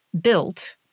built